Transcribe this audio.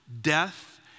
death